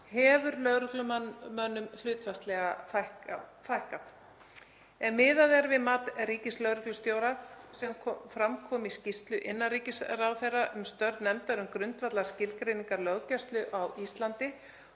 hefur lögreglumönnum hlutfallslega fækkað. Ef miðað er við mat ríkislögreglustjóra sem fram kom í skýrslu innanríkisráðherra um störf nefndar um grundvallarskilgreiningar löggæslu